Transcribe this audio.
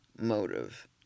motive